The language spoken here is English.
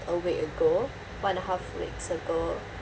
a week ago one and half weeks ago